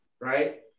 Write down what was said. Right